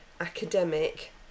academic